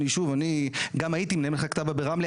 גם אני הייתי --- רמלה,